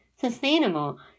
sustainable